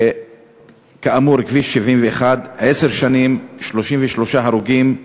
וכאמור, כביש 71, עשר שנים, 33 הרוגים,